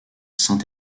saint